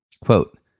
Quote